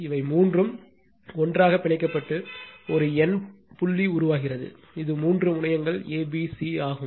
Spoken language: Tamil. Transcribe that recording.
இவை மூன்றும் ஒன்றாக பிணைக்கப்பட்டு ஒரு n புள்ளி உருவாகிறது இது மூன்று முனையங்கள் a b c ஆகும்